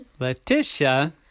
Letitia